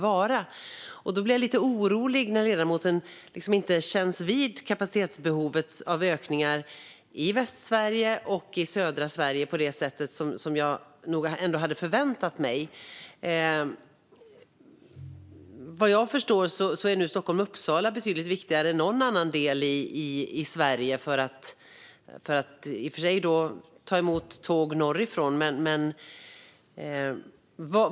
Jag blir lite orolig när ledamoten inte känns vid behovet av ökad kapacitet i Västsverige och södra Sverige på det sätt som jag nog hade förväntat mig. Vad jag förstår är nu Stockholm-Uppsala betydligt viktigare än någon annan del i Sverige. Där tas i och för sig tåg som kommer norrifrån emot.